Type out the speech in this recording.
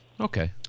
Okay